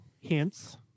hints